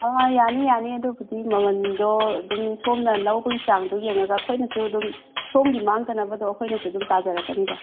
ꯌꯥꯅꯤ ꯌꯥꯅꯤ ꯑꯗꯨꯕꯨꯗꯤ ꯃꯃꯜꯗꯣ ꯑꯗꯨꯝ ꯁꯣꯝꯅ ꯂꯧꯕꯒꯤ ꯆꯥꯡꯗꯣ ꯌꯦꯡꯉꯒ ꯑꯩꯈꯣꯏꯅꯁꯨ ꯑꯗꯨꯝ ꯁꯣꯝꯒꯤ ꯃꯥꯡꯗꯅꯕꯗꯣ ꯑꯩꯈꯣꯏꯅꯁꯨ ꯑꯗꯨꯝ ꯇꯥꯖꯔꯛꯀꯅꯤꯗ